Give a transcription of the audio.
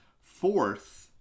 fourth